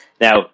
Now